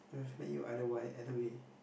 I've met you either why either way